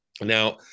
Now